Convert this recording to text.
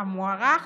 המוערך